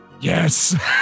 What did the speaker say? Yes